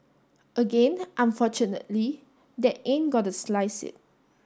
again unfortunately that ain't gonna slice it